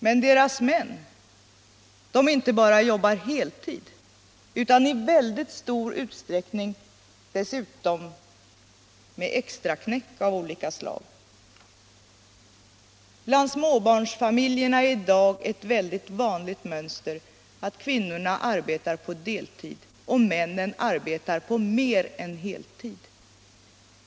Men deras män jobbar inte bara heltid utan också i mycket stor utsträckning med extraknäck av olika slag. Bland småbarnsfamiljerna i dag är det ett mycket vanligt mönster att kvinnorna arbetar på deltid och männen på mer än heltid.